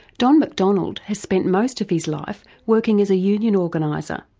don mcdonald has spent most of his life working as a union organiser.